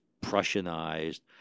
Prussianized